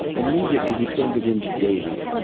immediately he turns it into davey.